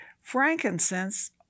frankincense